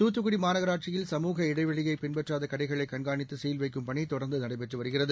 தூத்துக்குடி மாநகராட்சியில் சமூக இடைவெளியைப் பின்பற்றாத கடைகளை கண்காணித்து சீல் வைக்கும் பணி தொடர்ந்து நடைபெற்று வருகிறது